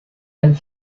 and